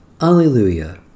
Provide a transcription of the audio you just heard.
Alleluia